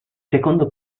secondo